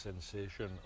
sensation